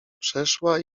przeszła